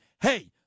hey